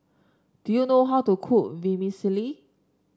do you know how to cook Vermicelli